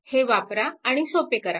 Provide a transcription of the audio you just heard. हे वापरा आणि सोपे करा